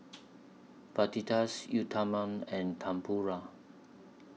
Fajitas Uthapam and Tempura